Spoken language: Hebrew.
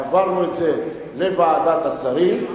העברנו את זה לוועדת השרים.